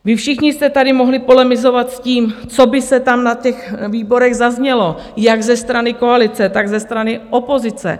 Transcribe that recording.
Vy všichni jste tady mohli polemizovat s tím, co by tam na těch výborech zaznělo jak ze strany koalice, tak ze strany opozice.